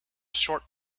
short